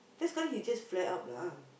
then sekali he just flare up lah